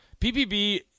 PPB